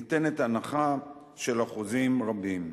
ניתנת הנחה של אחוזים רבים.